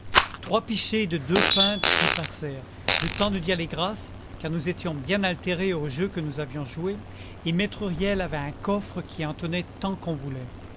trois pichets de deux pintes y passèrent le temps de dire les grâces car nous étions bien altérés au jeu que nous avions joué et maître huriel avait un coffre qui en tenait tant qu'on voulait